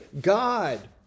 God